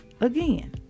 again